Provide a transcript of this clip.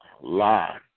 Lie